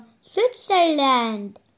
Switzerland